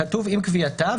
כתוב: עם קביעתה,